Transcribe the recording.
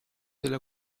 della